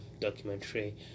documentary